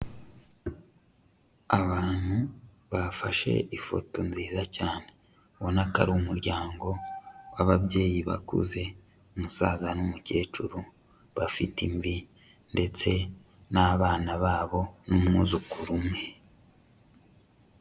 Abantu bafashe ifoto nziza cyane, ubona ko ari umuryango w'ababyeyi bakuze, umusaza n'umukecuru bafite imvi ndetse n'abana babo n'umwuzukuru umwe.